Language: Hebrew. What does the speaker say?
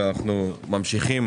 אנחנו ממשיכים